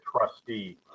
trustee